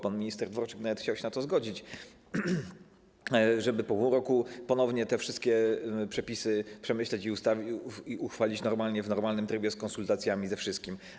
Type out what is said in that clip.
Pan minister Dworczyk nawet chciał się na to zgodzić, żeby po pół roku ponownie te wszystkie przepisy przemyśleć i uchwalić w normalnym trybie, z konsultacjami, ze wszystkim.